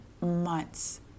months